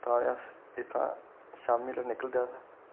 तां बी अस इत्थुआं शामी बेल्लै निकलदे अस